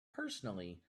personally